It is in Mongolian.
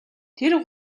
тэр